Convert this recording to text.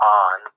on